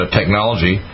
technology